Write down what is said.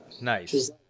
Nice